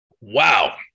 Wow